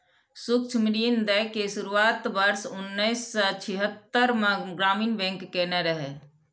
सूक्ष्म ऋण दै के शुरुआत वर्ष उन्नैस सय छिहत्तरि मे ग्रामीण बैंक कयने रहै